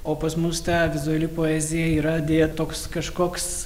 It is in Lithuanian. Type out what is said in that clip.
o pas mus ta vizuali poezija yra deja toks kažkoks